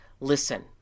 Listen